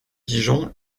dijon